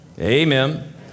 Amen